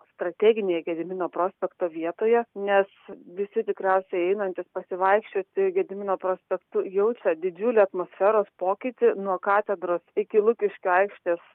strateginėj gedimino prospekto vietoje nes visi tikriausiai einantys pasivaikščioti gedimino prospektu jaučia didžiulį atmosferos pokytį nuo katedros iki lukiškių aikštės